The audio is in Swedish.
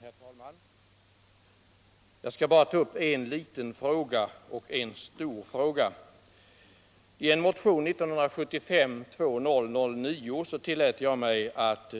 Herr talman! Jag skall ta upp en liten fråga och en stor fråga. I motionen 1975:2009 tillät jag mig att